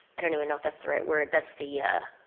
i don't even know if that's the right word. that's the ah,